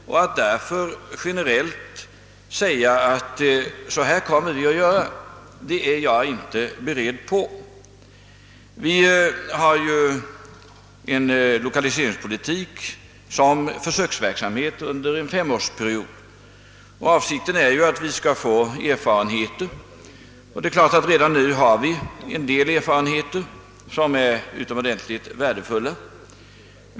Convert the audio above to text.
Jag är därför inte beredd att generellt säga att »så här kommer vi att göra». Vi har ju en lokaliseringspolitik som. försöksverksamhet under en femårsperiod. Avsikten därmed är att vi skall få erfarenheter. Redan nu har vi naturligtvis vunnit en del erfarenheter som är utomordentligt värdefulla.